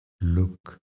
look